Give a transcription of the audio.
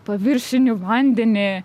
paviršinį vandenį